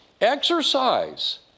Exercise